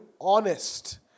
honest